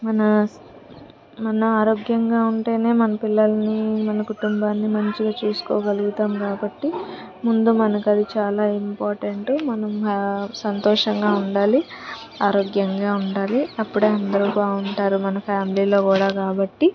మన మన ఆరోగ్యంగా ఉంటేనే మన పిల్లల్ని మన కుటుంబాన్ని మంచిగా చూసుకోగలుగుతాం కాబట్టి ముందు మనకు అది చాలా ఇంపార్టెంటు మనం సంతోషంగా ఉండాలి ఆరోగ్యంగా ఉండాలి అప్పుడే అందరూ బాగుంటారు మన ఫ్యామిలీలో కూడా కాబట్టి